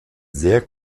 sehr